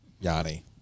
Yanni